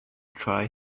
try